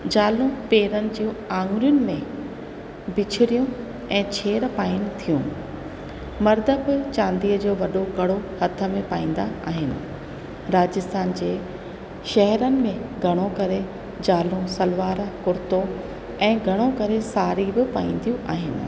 ज़ालूं पेरनि जूं आङिरयुनि में बिछिरियूं ऐं छेड़ पाइनि थियूं मर्द बि चांदीअ जो वॾो कड़ो हथ में पाईंदा आहिनि राजस्थान जे शहरनि में घणो करे ज़ालूं सलवार कुर्तो ऐं घणो करे साढ़ी बि पाईंदियूं आहिनि